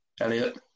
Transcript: Elliot